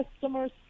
customers